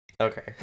Okay